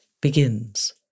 begins